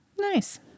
Nice